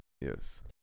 Yes